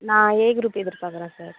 நான் A group எதிர் பார்க்கறேன் சார்